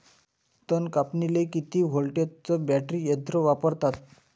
तन कापनीले किती व्होल्टचं बॅटरी यंत्र वापरतात?